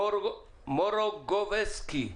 מורוגובסקי,